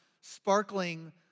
sparkling